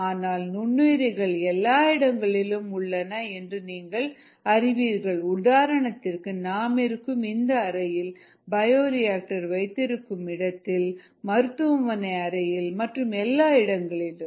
ஆனால் நுண்ணுயிரிகள்எல்லா இடங்களிலும் உள்ளன என்று நீங்கள் அறிவீர்கள் உதாரணத்திற்கு நாமிருக்கும் இந்த அறையில் பயோரியாக்டர் வைத்திருக்கும் இடத்தில் மருத்துவமனை அறையில் மற்றும் எல்லா இடங்களிலும்